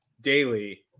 daily